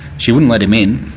she wouldn't let him in,